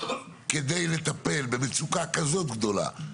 כדי לטפל במצוקה כזאת גדולה,